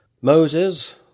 Moses